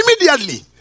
Immediately